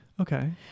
Okay